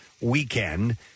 weekend